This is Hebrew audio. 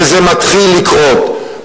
וזה מתחיל לקרות.